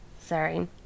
Sorry